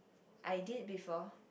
I did before